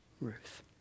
Ruth